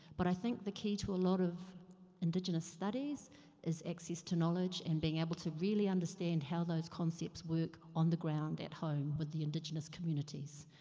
but i think the key to a lot of indigenous studies is access to knowledge and being able to really understand how those concepts work on the ground at home with the indigenous communities.